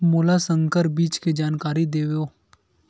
मोला संकर बीज के जानकारी देवो?